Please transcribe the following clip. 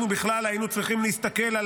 אנחנו בכלל היינו צריכים להסתכל על